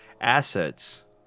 assets